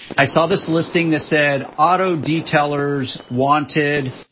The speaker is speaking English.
i saw this listing that said auto detailers wanted,